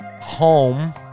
home